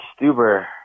Stuber